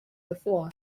before